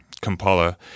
Kampala